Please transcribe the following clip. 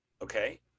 Okay